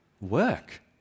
work